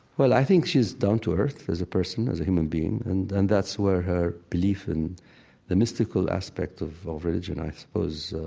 well, i think she's down to earth as a person, as a human being, and and that's where her belief and the mystical aspect of religion i suppose,